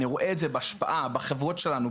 אני רואה את זה בהשפעה בחברות שלנו,